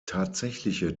tatsächliche